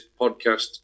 podcast